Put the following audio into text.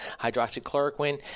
hydroxychloroquine